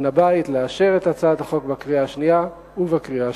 לאשר אותה בקריאה השנייה ובקריאה השלישית.